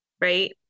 right